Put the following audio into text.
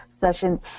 session